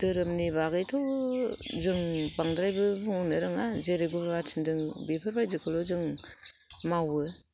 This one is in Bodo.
धोरोमनि बागैथ' जों बांद्रायबो बुंनो रोङा जेरै गुरुवा थिनदों बेफोर बायदिखौनो जों मावो